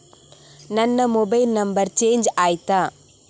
ನನ್ನ mobile number change ಆಯ್ತಾ?